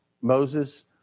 Moses